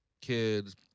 kids